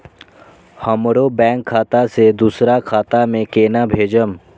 हमरो बैंक खाता से दुसरा खाता में केना भेजम?